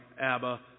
Abba